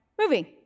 moving